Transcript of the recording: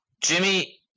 Jimmy